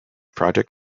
project